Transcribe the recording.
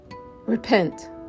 Repent